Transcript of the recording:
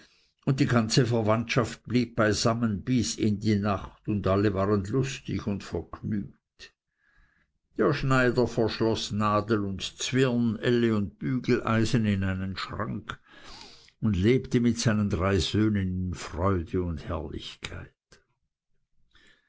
und die ganze verwandtschaft blieb beisammen bis in die nacht und waren alle lustig und vergnügt der schneider verschloß nadel und zwirn elle und bügeleisen in einen schrank und lebte mit seinen drei söhnen in freude und herrlichkeit